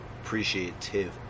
Appreciative